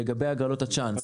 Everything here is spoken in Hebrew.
לגבי הגרלות הצ'אנס,